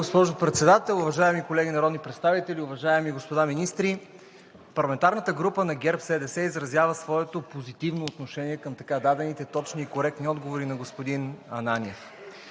госпожо Председател. Уважаеми колеги народни представители, уважаеми господа министри! Парламентарната група на ГЕРБ-СДС изразява своето позитивно отношение към така дадените точни и коректни отговори от господин Ананиев.